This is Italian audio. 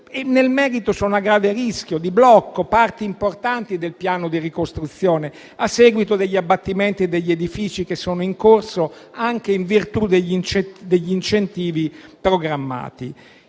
Nel merito, sono a grave rischio di blocco parti importanti del piano di ricostruzione, a seguito degli abbattimenti degli edifici che sono in corso, anche in virtù degli incentivi programmati.